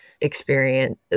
experience